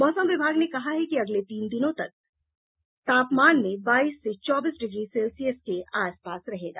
मौसम विभाग ने कहा है कि अगले तीन दिनों तक दिन का तापमान बाईस से चौबीस डिग्री सेल्सियस के आस पास रहेगा